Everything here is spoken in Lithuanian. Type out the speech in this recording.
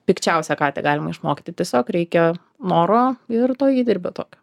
pikčiausią katę galima išmokyti tiesiog reikia noro ir to įdirbio tokio